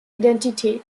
identität